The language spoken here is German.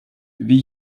wie